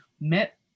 met